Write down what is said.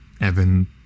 Evan